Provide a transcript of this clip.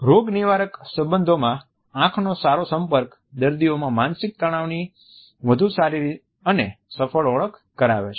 રોગનિવારક સંબંધોમાં આંખોનો સારો સંપર્ક દર્દીઓમાં માનસિક તણાવની વધુ સારી અને સફળ ઓળખ કરાવે છે